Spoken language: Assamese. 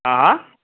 হা হা